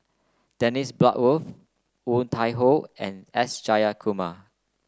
Dennis Bloodworth Woon Tai Ho and S Jayakumar